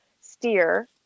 steer